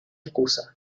excusa